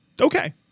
okay